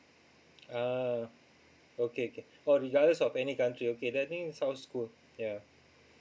ah okay K oh regardless of any country okay that mean sounds good yeah